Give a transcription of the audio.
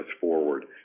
forward